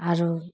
आओर